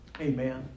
Amen